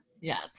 Yes